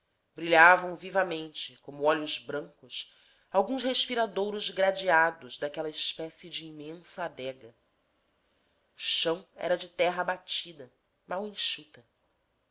brilhavam vivamente como olhos brancos alguns respiradouros gradeados daquela espécie de imensa adega o chão era de terra batida mal enxuta